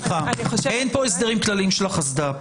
אין כאן הסדרים כלליים של החסד"פ.